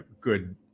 good